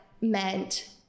meant